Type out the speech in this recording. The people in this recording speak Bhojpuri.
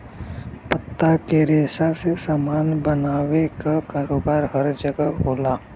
पत्ता के रेशा से सामान बनावे क कारोबार हर जगह होला